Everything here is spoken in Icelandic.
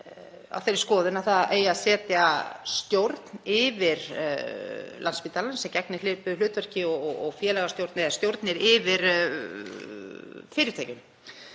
á þeirri skoðun að það eigi að setja stjórn yfir Landspítalann sem gegni svipuðu hlutverki og félagastjórnir eða stjórnir yfir fyrirtækjum,